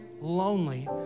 lonely